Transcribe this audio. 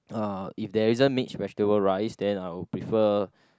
uh if there isn't mixed vegetable rice then I would prefer